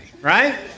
right